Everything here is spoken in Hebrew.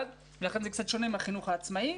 ולכן זה קצת שונה מן החינוך העצמאי.